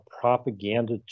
propaganda